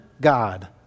God